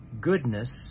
goodness